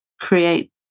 create